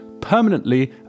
permanently